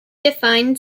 defined